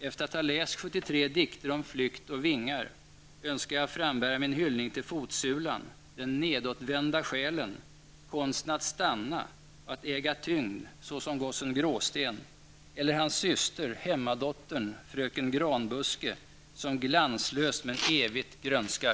Efter att ha läst 73 dikter om flykt och vingar önskar jag frambära min hyllning till fotsulan, den nedåtvända själen, konsten att stanna och att äga tyngd -- såsom gossen Gråsten eller hans syster, hemmadottern fröken Granbuske, som glanslöst men evigt grönskar.